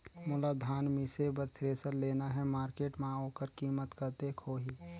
मोला धान मिसे बर थ्रेसर लेना हे मार्केट मां होकर कीमत कतेक होही?